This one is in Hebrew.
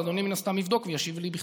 אז אדוני מן הסתם יבדוק וישיב לי בכתב.